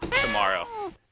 tomorrow